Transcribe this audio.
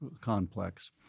complex